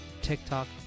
TikTok